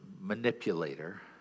manipulator